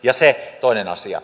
ja se toinen asia